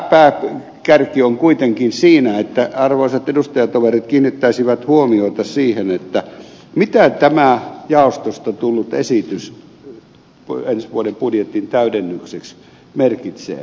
kommenttini pääkärki on kuitenkin siinä että arvoisat edustajatoverit kiinnittäisivät huomiota siihen mitä tämä jaostosta tullut esitys ensi vuoden budjetin täydennykseksi merkitsee